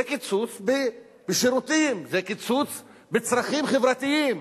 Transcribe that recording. זה קיצוץ בשירותים, זה קיצוץ בצרכים חברתיים.